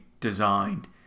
designed